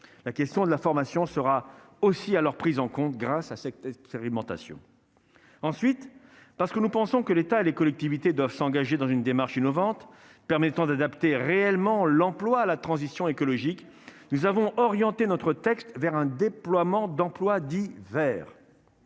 la question de la formation sera aussi à leur prise en compte, grâce à cette alimentation, ensuite parce que nous pensons que l'État et les collectivités doivent s'engager dans une démarche innovante permettant d'adapter réellement l'emploi, la transition écologique nous avons orienté notre texte vers un déploiement d'emplois dits